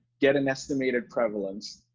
get an estimated prevalence.